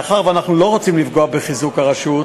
מאחר שאנחנו לא רוצים לפגוע בחיזוק הרשות,